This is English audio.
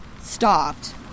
stopped